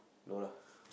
no lah